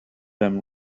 them